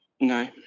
no